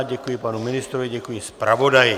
Děkuji panu ministrovi, děkuji zpravodaji.